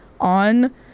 on